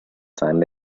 time